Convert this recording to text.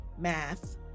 math